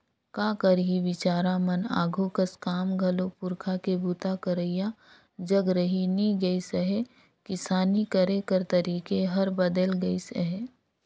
का करही बिचारा मन आघु कस काम घलो पूरखा के बूता करइया जग रहि नी गइस अहे, किसानी करे कर तरीके हर बदेल गइस अहे